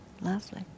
Lovely